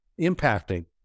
impacting